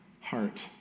heart